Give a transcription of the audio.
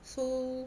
so